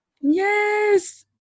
Yes